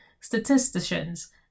statisticians